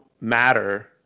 matter